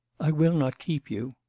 i will not keep you.